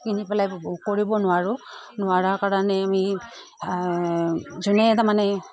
কিনি পেলাই কৰিব নোৱাৰোঁ নোৱাৰাৰ কাৰণে আমি যোনে তাৰমানে